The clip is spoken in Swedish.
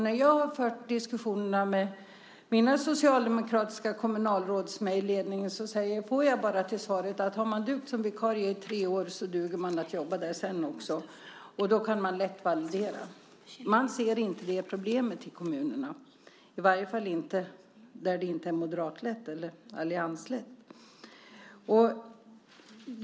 När jag har fört diskussioner med de socialdemokratiska kommunalråd som är i ledningen i min kommun får jag bara svaret att om man har dugt som vikarie i tre år duger man att jobba där sedan också. Och då kan man lätt validera. Man ser alltså inte detta problem i kommunerna, i varje fall inte i de kommuner som inte leds av Moderaterna eller av några av de andra allianspartierna.